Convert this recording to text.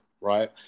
right